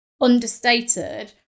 understated